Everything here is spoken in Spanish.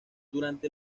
durante